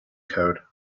code